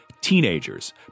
Teenagers